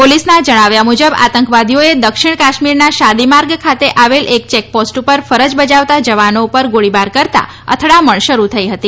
પોલીસના જણાવ્યા મુજબ આતંકવાદીઓએ દક્ષિણ કાશ્મીરના શાદીમાર્ગ ખાતે આવેલ એક ચેકપોસ્ટ ઉપર ફરજ બજાવતા જવાનો ઉપર ગોળીબાર કરતાં અથડામણ શરૂ થઈ હતી